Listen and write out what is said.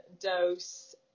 dose